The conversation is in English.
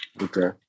Okay